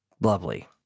lovely